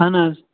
اَہَن حظ